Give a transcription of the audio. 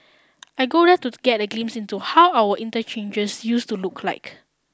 I go there to get a glimpse into how our interchanges use to look like